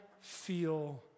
feel